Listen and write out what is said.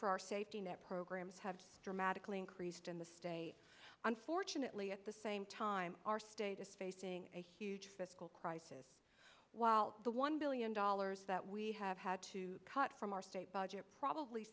for our safety net programs have dramatically increased in the state unfortunately at the same time our state is facing a huge fiscal crisis while the one billion dollars that we have had to cut from our state budget probably